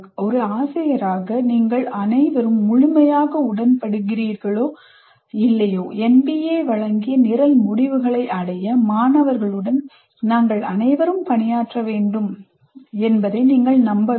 ஒரு ஆசிரியராக நீங்கள் அனைவரும் முழுமையாக உடன்படுகிறீர்களோ இல்லையோ NBA வழங்கிய நிரல் முடிவுகளை அடைய மாணவர்களுடன் நாம் அனைவரும் பணியாற்ற வேண்டும் என்பதை நீங்கள் நம்ப வேண்டும்